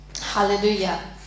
Hallelujah